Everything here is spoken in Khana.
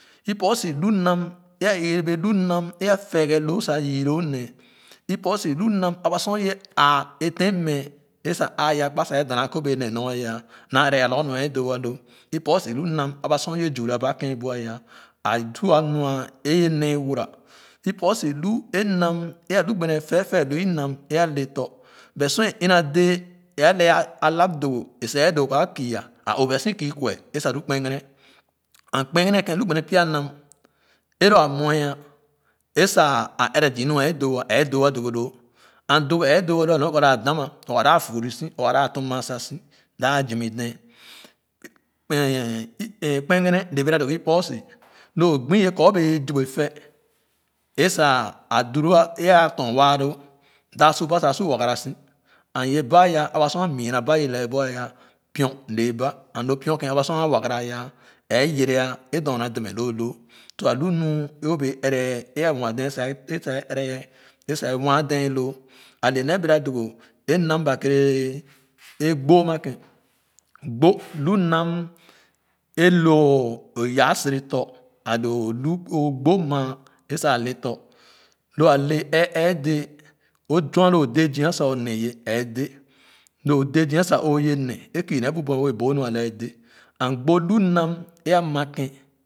Ikposi lu nam é a ɛrɛ be lu nam é fɛɛgɛ loo sa yii lo nee ikposi lu nam aba sor ye a ten mɛ a sa aa ye akpa sa dana akobɛɛ le nyor a ya naa ɛrɛ na lorgor nu é doo loo iposi lu nam a ba sor ye zura ba kẽẽ bu aya a su nua é alo gbene fɛɛfɛloo nam é ale tɔ̃ but sor e ina dɛɛ é le a lap dogo a sa é doo kɔ̃ a kii ya a obia si kii kuɛ sa lu kpegene and kpegene a ken lu gbene pya nam e lo a muɛ ah é sa a ɛrɛ zii nu é doo ah é doo aa dogo loo and dogo e doo aloo nyor bee kɔ a dam ma or a dap fuure si or a dap tum maasa si da jimi ace kpe-nyie kpegene le bɛga doo iposi lu gbi wɛ kɔ o bee zip be fɛ a sa a tu loo e ah tɔn waa loo da su ba sa a su wegarasi and ye ba a ya aba so a müna ba é lɛɛ bu aya piɔn le ba and lo piɔn ken aba sor a wagara ya é yɛrɛ ah é dorna deme loo loo tua alu obiam ɛrɛ é a nwa dee é sa ɛ sa i ɛrɛ ɛ sa nwa dee lo ale nee bɛga dogo é nam ba kéére é gbo a ma ken gbo nu nam e loo o yaa sere tɔ̃ ale o lu doo o gbo lu maa e saa le tɔ̃ lo alɛ ɛɛ dee o zɔn nu dé zia sa o ne ye é dé lo de zia sa o ye ne é kiine bu buɛ wɛɛ boo nu alee ɛɛ dé and gbo lu nam é ma ken.